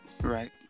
Right